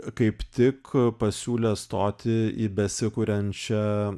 kaip tik pasiūlė stoti į besikuriančią